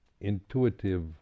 intuitive